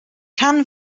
rhan